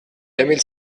mille